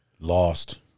lost